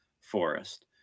forest